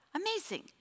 Amazing